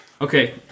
Okay